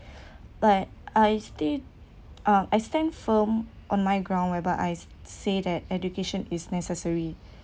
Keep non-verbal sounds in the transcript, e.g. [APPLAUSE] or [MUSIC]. [BREATH] like I stay uh I stand firm on my ground whereby I said that education is necessary [BREATH]